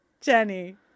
Jenny